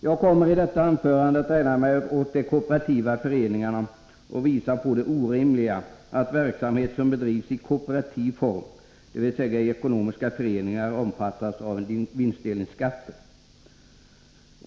Jag kommer i detta anförande att ägna mig åt de kooperativa föreningarna och visa på det orimliga i att verksamhet som bedrivs i kooperativ form, dvs. i ekonomiska föreningar, omfattas av vinstdelningsskatter.